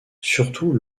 surtout